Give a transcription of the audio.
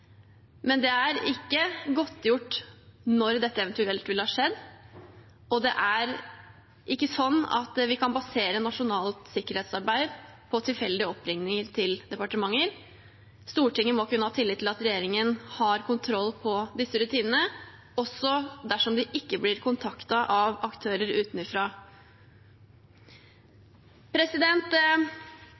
men det er ikke godtgjort når dette eventuelt ville ha skjedd. Vi kan ikke basere nasjonalt sikkerhetsarbeid på tilfeldige oppringninger til departementer; Stortinget må kunne ha tillit til at regjeringen har kontroll på disse rutinene også dersom de ikke blir kontaktet av aktører